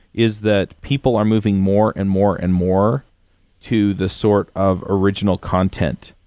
is that people are moving more and more and more to the sort of original content.